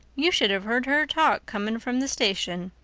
you should have heard her talk coming from the station.